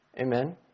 Amen